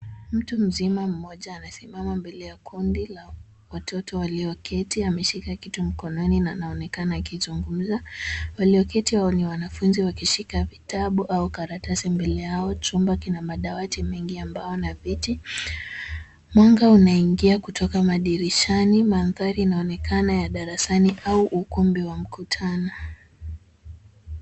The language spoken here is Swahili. Mtu mmoja mzima amesimama mbele ya kundi la watoto walioketi. Ameshika kitu mkononi na anaonekana akizungumza. Walioketi hao ni wanafunzi wakishika vitabu au karatasi mbele yao. Chumba kina madawati mengi ya mbao na viti. Mwanga unaingia kutoka madirishani. Mandhari inaonekana ya darasani au ukumbi wa mkutano.